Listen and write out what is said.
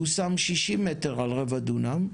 הוא שם 60 מ"ר על רבע דונם,